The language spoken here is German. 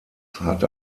hat